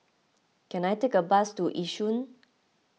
can I take a bus to Yishun